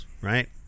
right